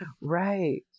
right